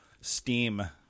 steam